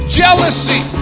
jealousy